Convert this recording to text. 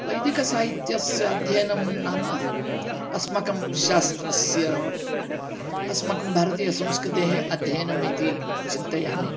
वैदिकसाहित्यस्य अध्ययनं नाम अस्माकं शास्त्रस्य अस्माकं भारतीयसंस्कृतेः अध्ययनम् इति चिन्तयामि